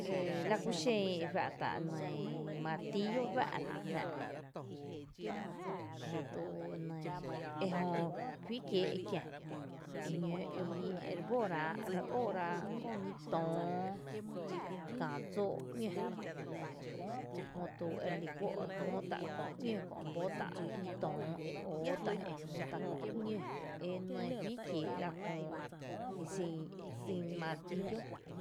Ela kúxen e juⱥ’ tá’ nɇɇ martíillo juⱥ’ rá’ jnⱥ’ jötu nɇɇ ejö fí kiee’ ekiⱥ eñǿǿ ii erebótá’ re óoráa’ köö ñí töóö kⱥⱥ dsoo’ ñó jötu ere lí juó’ re jmóo tá’ köö ‘ñó kö’ bóta’ ñí töóö e óó tá’ e jmóo tá’ köö ‘ñó ene juí kiee’ köö esý’tá’ martíllo.